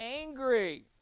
angry